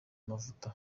mavuta